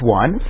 one